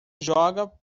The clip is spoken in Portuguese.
joga